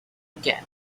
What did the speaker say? again